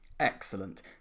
Excellent